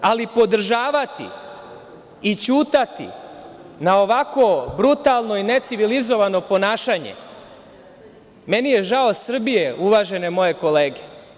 Ali, podržavati i ćutati na ovako brutalno i necivilizovano ponašanje, meni je žao Srbije, uvažene moje kolege.